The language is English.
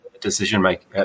decision-making